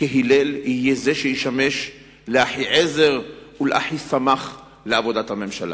כהלל יהיה זה שישמש אחיעזר ואחיסמך לעבודת הממשלה.